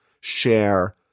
share